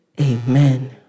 Amen